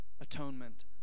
atonement